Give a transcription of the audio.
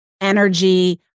energy